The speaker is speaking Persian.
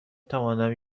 توانم